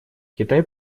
китай